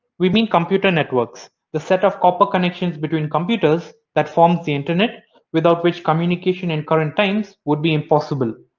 we mean computer networks the set of copper connections between computers that forms the internet without which communication in current times would be impossible,